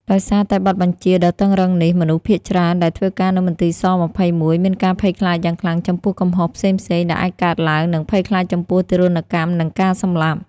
ដោយសារតែបទបញ្ជាដ៏តឹងរ៉ឹងនេះ មនុស្សភាគច្រើនដែលធ្វើការនៅមន្ទីរ ស-២១ មានការភ័យខ្លាចយ៉ាងខ្លាំងចំពោះកំហុសផ្សេងៗដែលអាចកើតឡើង និងភ័យខ្លាចចំពោះទារុណកម្ម និងការសម្លាប់។